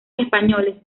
españoles